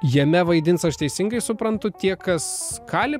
jame vaidins aš teisingai suprantu tie kas kali